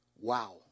Wow